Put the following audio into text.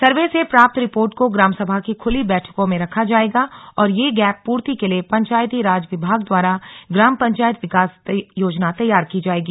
सर्वे से प्राप्त रिपोर्ट को ग्राम सभा की खुली बैठकों में रखा जाएगा और ये गैप पूर्ति के लिए पंचायती राज विभाग द्वारा ग्राम पंचायत विकास योजना तैयार की जाएगी